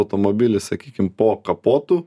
automobily sakykim po kapotu